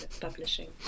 publishing